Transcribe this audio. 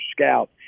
scout